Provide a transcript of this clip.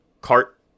cart